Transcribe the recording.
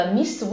Miss